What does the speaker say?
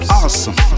awesome